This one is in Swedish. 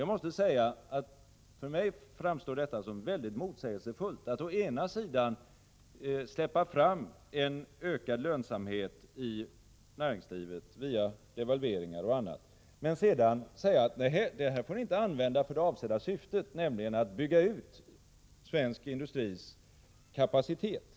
Jag måste säga att för mig framstår det som väldigt motsägelsefullt att å ena sidan släppa fram en ökad lönsamhet i näringslivet via devalveringar och annat, medan man å andra sidan säger, nehej, det här får ni inte använda för det avsedda syftet, nämligen att bygga ut svensk industris kapacitet.